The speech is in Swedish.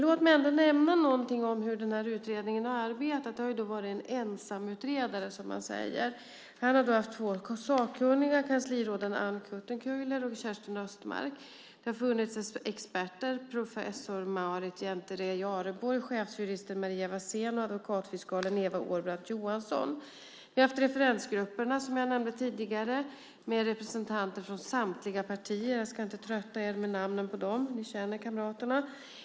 Låt mig ändå nämna någonting om hur den här utredningen har arbetat. Det har varit en ensamutredare, som man säger. Han har haft två sakkunniga, kansliråden Anne Kuttenkeuler och Kerstin Östmark. Det har funnits experter, professor Maarit Jäntera-Jareborg, chefsjuristen Maria Wassén och advokatfiskalen Eva Årbrandt Johansson. Vi har haft referensgrupperna, som jag nämnde tidigare, med representanter för samtliga partier. Jag ska inte trötta er med namnen på dem. Ni känner kamraterna.